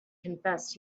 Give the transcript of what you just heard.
confessed